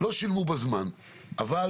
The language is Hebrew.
- שלא שילמו בזמן; אבל